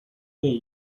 way